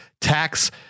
tax